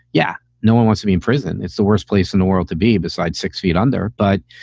yeah, no one wants to be in prison. it's the worst place in the world to be beside six feet under. but